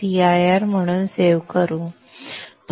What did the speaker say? cir म्हणून save करू